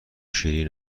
شیرین